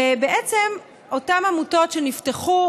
ובעצם אותן עמותות שנפתחו,